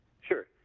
Sure